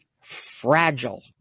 fragile